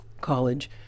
college